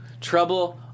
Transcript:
Trouble